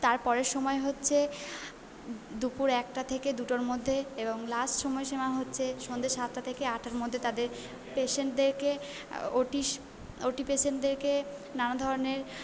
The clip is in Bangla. তারপরের সময় হচ্ছে দুপুর একটা থেকে দুটোর মধ্যে এবং লাস্ট সময়সীমা হচ্ছে সন্ধে সাতটা থেকে আটটার মধ্যে তাদের পেশেন্টদেরকে ওটিশ ওটি পেশেন্টদেরকে নানা ধরণের